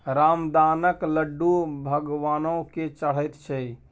रामदानाक लड्डू भगवानो केँ चढ़ैत छै